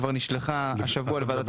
כבר נשלחה השבוע לוועדת הכספים.